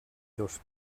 dos